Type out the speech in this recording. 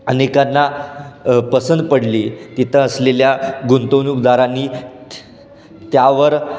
अनेकांना पसंत पडली तिथं असलेल्या गुंतवणूकदारांनी त्यावर